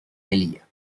melilla